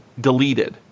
deleted